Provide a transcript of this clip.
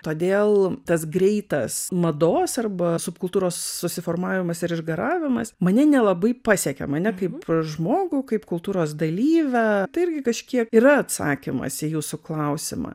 todėl tas greitas mados arba subkultūros susiformavimas ir išgaravimas mane nelabai pasiekia mane kaip žmogų kaip kultūros dalyvę tai irgi kažkiek yra atsakymas į jūsų klausimą